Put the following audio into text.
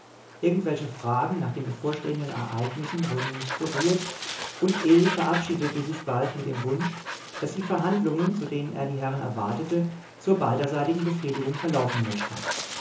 irgendwelche fragen nach den bevorstehenden ereignissen wurden nicht berührt und ill verabschiedete sich bald mit dem wunsch daß die verhandlungen zu denen er die herren erwartete zur beiderseitigen befriedigung verlaufen möchten